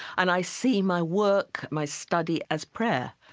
and i see my work, my study, as prayer.